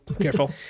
careful